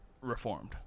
reformed